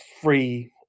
free